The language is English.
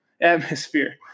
atmosphere